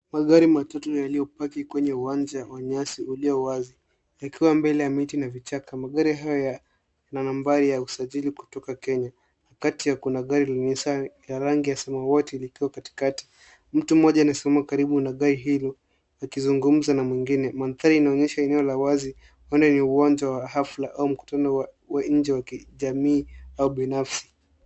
Magari matatu yaliyopaki kwenye uwanja wa nyasi ulio wazi, yakiwa mbele na miti na vichaka. Magari haya yana nambari ya usajili kutoka Kenya. Kati kuna gari la nissan lenye rangi ya samawati katikati. Mtu mmoja anasimama karibu na gari hilo akizungumza na mwingine. Mandhari inaonyesha eneo la wazi wenye uwanja wa hafla au mkutano wa nje wa kijamii au binafsi.